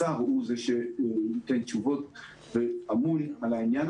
השר הוא שנותן תשובות ואמון על העניין